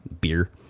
beer